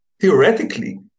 theoretically